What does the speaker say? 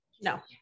no